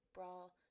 Brawl